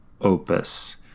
opus